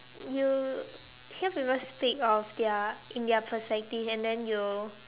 you hear people speak of their in their perspective and then you'll